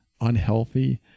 unhealthy